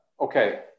Okay